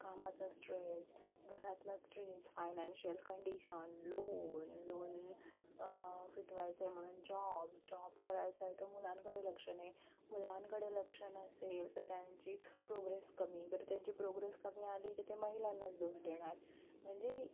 कामाचा स्ट्रेस घरातला stress financial condition loan loan फिटवायचं आहे म्हणून जॉब जॉब करायचा आहे तर मुलांकडे लक्ष नाही मुलांकडे लक्ष नसेल तर त्यांची प्रोग्रेस कमी बरं त्यांची प्रोग्रेस कमी आली तर ते महिलांनाच दोष देणार म्हणजे